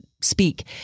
speak